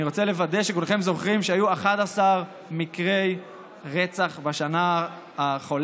אני רוצה לוודא שכולכם זוכרים שהיו 11 מקרי רצח בשנה החולפת,